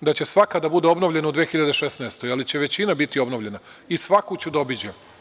da će svaka da bude obnovljena u 2016. godini, ali će većina biti obnovljena i svaku ću da obiđem.